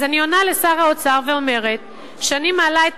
אז אני עונה לשר האוצר ואומרת שאני מעלה את